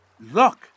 Look